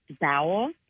bowel